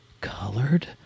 colored